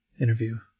interview